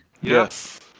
yes